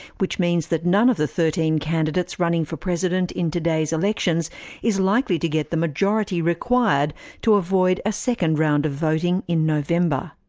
which means that none of the thirteen candidates running for president in today's elections is likely to get the majority required to avoid a second round of voting in november.